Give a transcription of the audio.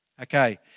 Okay